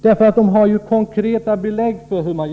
De har ju konkreta belägg för det.